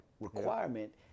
requirement